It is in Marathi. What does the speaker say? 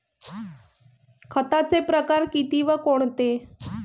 खताचे प्रकार किती व कोणते?